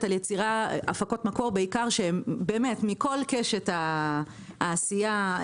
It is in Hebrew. על הפקות מקור שהן מכל קשת העשייה: